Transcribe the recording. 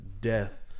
death